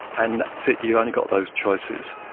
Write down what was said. and that's it, you've only got those choices.